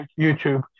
YouTube